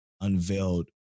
unveiled